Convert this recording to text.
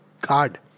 card